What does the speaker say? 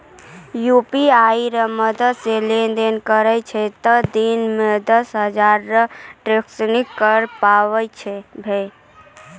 UPI रो मदद से लेनदेन करै छहो तें दिन मे दस हजार रो ट्रांजेक्शन करै पारभौ